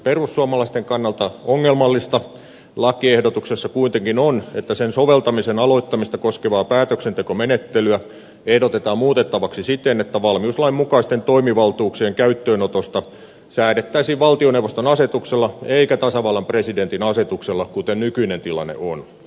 perussuomalaisten kannalta ongelmallista lakiehdotuksessa kuitenkin on että sen soveltamisen aloittamista koskevaa päätöksentekomenettelyä ehdotetaan muutettavaksi siten että valmiuslain mukaisten toimivaltuuksien käyttöönotosta säädettäisiin valtioneuvoston asetuksella eikä tasavallan presidentin asetuksella kuten nykyinen tilanne on